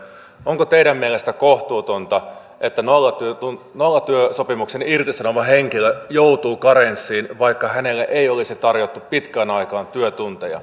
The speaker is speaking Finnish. onko teidän mielestänne kohtuutonta että nollatyösopimuksen irtisanova henkilö joutuu karenssiin vaikka hänelle ei olisi tarjottu pitkään aikaan työtunteja